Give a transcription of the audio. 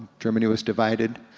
germany was divided,